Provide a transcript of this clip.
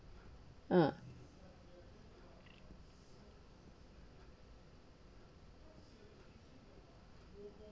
uh